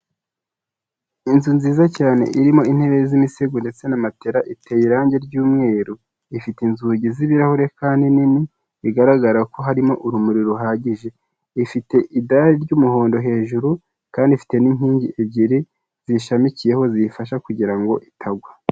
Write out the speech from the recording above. Inzu nziza cyane irimo intebe z'imisego ndetse na matera. iteye irangi ry'umweru, ifite inzugi z'ibirahure kandi nini bigaragara ko harimo urumuri ruhagije, ifite igare ry'umuhondo hejuru, kandi ifite n'inkingi ebyiri zishamikiyeho ziyifasha kugira ngo itagwa.